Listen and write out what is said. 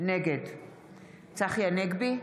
נגד צחי הנגבי,